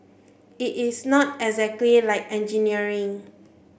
it is not exactly like engineering